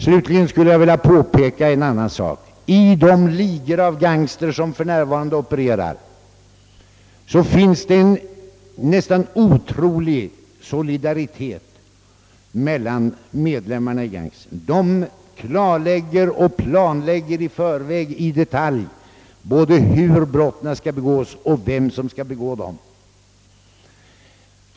Slutligen vill jag påpeka att i de ligor av gangster, som för närvarande opererar, råder en nästan otroligt hård solidaritet mellan medlemmarna. De planlägger både hur brotten skall begås och vem som skall begå dem.